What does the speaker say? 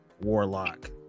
Warlock